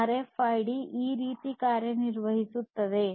RFID ಈ ರೀತಿ ಕಾರ್ಯನಿರ್ವಹಿಸುತ್ತದೆ